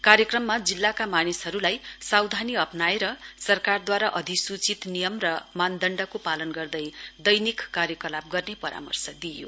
कार्यक्रममा जिल्लाका मानिससहरुलाई सावधानी अप्नाएर सरकारदूवारा अधिसूचित नियम र मानढण्डको पालन गर्दै दैनिक कार्यकलाप गर्ने परामर्शे दिइयो